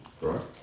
right